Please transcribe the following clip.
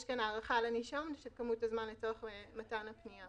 יש כאן הארכה של משך הזמן לנישום לצורך מתן הפנייה.